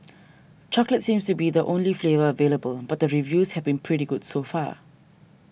chocolate seems to be the only flavour available but reviews have been pretty good so far